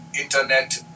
internet